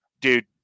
dude